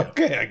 Okay